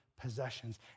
possessions